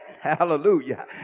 hallelujah